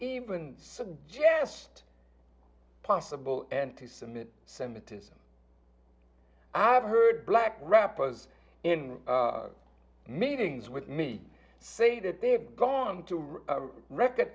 even suggest possible anti semitic semitism i have heard black rappers in meetings with me say that they've gone to record